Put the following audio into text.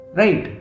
right